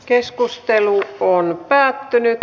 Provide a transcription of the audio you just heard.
keskustelu päättyi